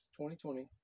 2020